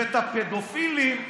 ואת הפדופילים?